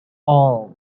all